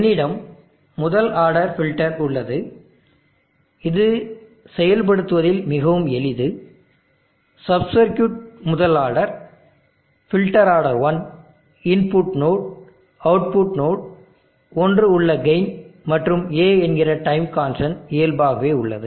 என்னிடம் முதல் order filter உள்ளது இது செயல்படுத்துவதில் மிகவும் எளிது சப் சர்க்யூட் முதல் order filter order 1 input node output node ஒன்று உள்ள கெயின் மற்றும் a என்கிற டைம் கான்ஸ்டன்ட் இயல்பாகவே உள்ளது